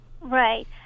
right